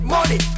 Money